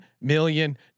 million